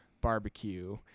barbecue